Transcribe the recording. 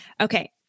Okay